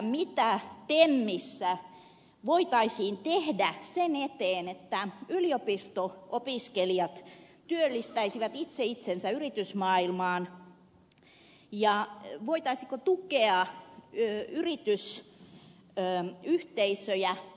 mitä temmissä voitaisiin tehdä sen eteen että yliopisto opiskelijat työllistäisivät itse itsensä yritysmaailmaan ja voitaisiinko tukea yritysyhteisöjä opiskelijapiireissä